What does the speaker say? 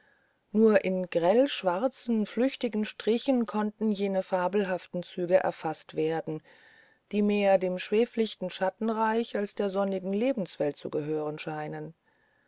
nur in grell schwarzen flüchtigen strichen konnten jene fabelhaften züge erfaßt werden die mehr dem schweflichten schattenreich als der sonnigen lebenswelt zu gehören scheinen